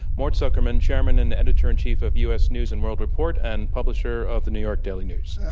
mort zuckerman, chairman and editor in chief of u. s. news and world report and publisher of the new york daily news.